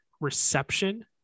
reception